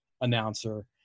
announcer